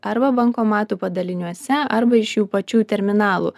arba bankomatų padaliniuose arba iš jų pačių terminalų